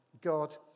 God